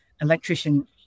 electrician